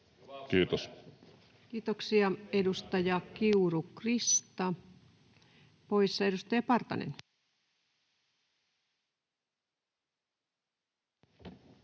Kiitos. Kiitoksia. — Edustaja Krista Kiuru, poissa. — Edustaja Partanen. Arvoisa